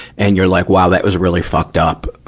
and you're like, wow, that was really fucked up.